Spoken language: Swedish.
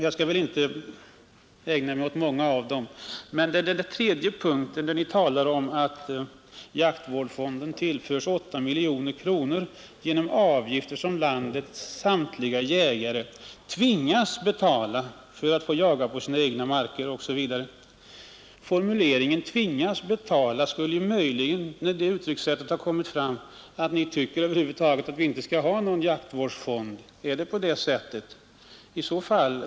Jag skall inte ägna mig åt många av dem. Men i den tredje punkten talas det om att jaktvårdsfonden årligen tillförs ca 8 miljoner kronor genom de avgifter som landets samtliga jägare tvingas betala för att få jaga på egna jaktmarker, osv. Formuleringen ”tvingas betala” skulle möjligen kunna betyda att ni tycker att vi inte skall ha någon jaktvårdsfond. Är det på det sättet?